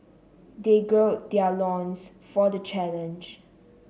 they gird their loins for the challenge